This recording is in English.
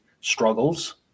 struggles